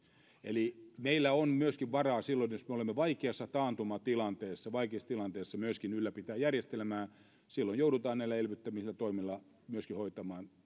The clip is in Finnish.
eli meillä on myöskin varaa silloin jos me olemme vaikeassa taantumatilanteessa vaikeassa tilanteessa ylläpitää järjestelmää silloin joudutaan näitä elvyttäviä toimia myöskin hoitamaan